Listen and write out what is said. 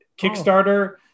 Kickstarter